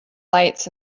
lights